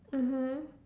mmhmm